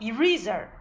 Eraser